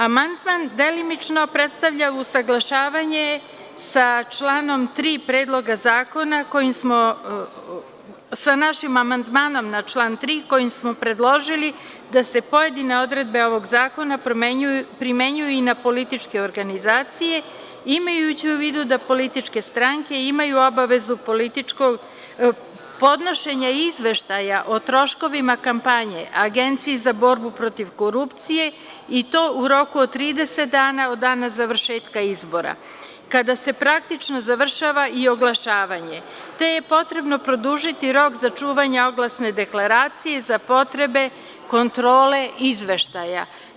Amandman delimično predstavlja usaglašavanje sa našim amandmanom na član 3. kojim smo predložili da se pojedine odredbe ovog zakona primenjuju i na političke organizacije, imajući u vidu da političke stranke imaju obavezu podnošenja izveštaja o troškovima kampanje Agenciji za borbu protiv korupcije, i to u roku od 30 dana od dana završetka izbora, kada se praktično završava i oglašavanje, te je potrebno produžiti rok za čuvanje oglasne deklaracije za potrebe kontrole izveštaja.